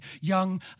young